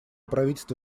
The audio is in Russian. правительства